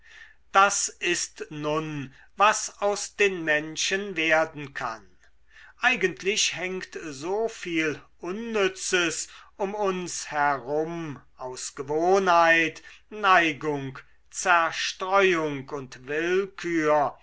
das ist nun was aus den menschen werden kann eigentlich hängt so viel unnützes um uns herum aus gewohnheit neigung zerstreuung und willkür